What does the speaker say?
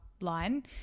line